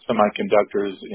Semiconductors